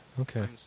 Okay